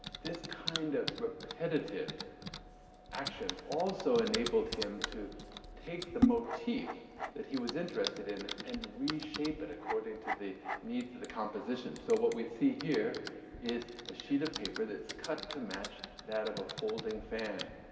this kind of repetitive action also enabled him to take the motif that he was interested in and reshape it according to the needs of the composition. so what we see here is a sheet of paper that's cut to match that of a folding fan.